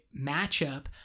matchup